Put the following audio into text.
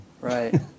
Right